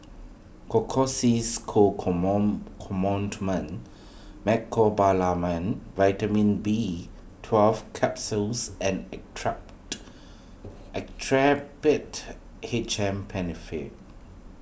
Co Ointment Mecobalamin Vitamin B Twelve Capsules and Actrapid Actrapid H M Penfill